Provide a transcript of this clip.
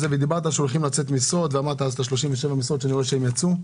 שהולכות לצאת 37 משרות, ואכן הן יצאו.